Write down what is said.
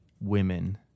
women